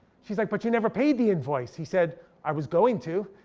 she's like, but you never paid the invoice. he said i was going to.